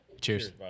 Cheers